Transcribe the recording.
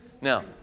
Now